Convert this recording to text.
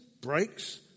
breaks